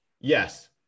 yes